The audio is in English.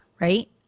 right